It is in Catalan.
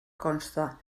consta